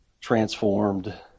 transformed